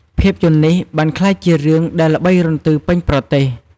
ភាពយន្តនេះបានក្លាយជារឿងដែលល្បីរន្ទឺពេញប្រទេស។